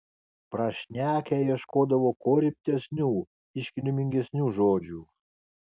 prašnekę ieškodavo kuo rimtesnių iškilmingesnių žodžių